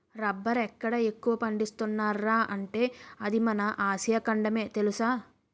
రబ్బరెక్కడ ఎక్కువ పండిస్తున్నార్రా అంటే అది మన ఆసియా ఖండమే తెలుసా?